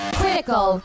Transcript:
critical